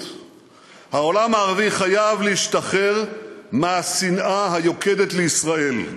"העולם הערבי חייב להשתחרר מהשנאה היוקדת לישראל"?